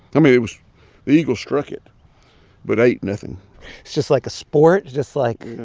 i mean, it was the eagle struck it but ate nothing it's just like a sport just, like,